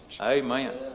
Amen